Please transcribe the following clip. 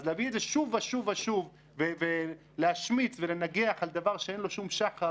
אז להביא את זה שוב ושוב ושוב ולהשמיץ ולנגח על דבר שאין לו שום שחר,